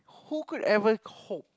who could ever cope